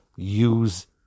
Use